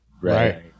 Right